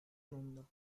mundo